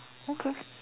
okay